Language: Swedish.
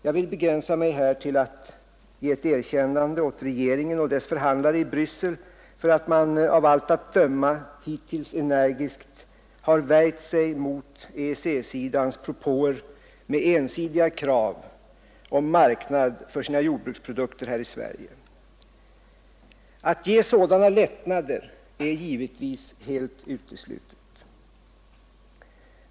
Jag vill begränsa mig här till att ge ett erkännande åt regeringen och dess förhandlare i Bryssel för att man av allt att döma hittills energiskt värjt sig mot EEC-sidans propåer med ensidiga krav om marknad för sina jordbruksprodukter här i Sverige. Att medge sådana lättnader är givetvis helt uteslutet.